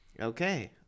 Okay